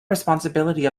responsibility